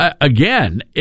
Again